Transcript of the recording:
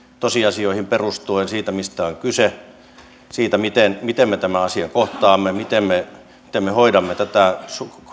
tosiasioihin perustuen siitä mistä on kyse miten miten me tämän asian kohtaamme miten me hoidamme tätä